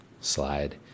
slide